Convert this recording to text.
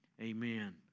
Amen